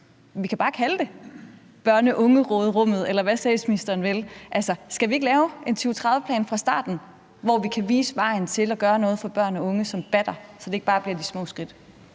vi kan bare kalde det børne-unge-råderummet, eller hvad statsministeren vil. Skal vi ikke lave en 2030-plan fra starten, hvor vi kan vise vejen til at gøre noget for børn og unge, som batter, så det ikke bare bliver de små skridt?